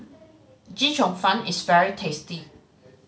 Chee Cheong Fun is very tasty